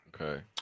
Okay